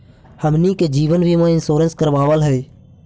हमनहि के जिवन बिमा इंश्योरेंस करावल है?